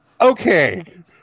okay